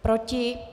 Proti?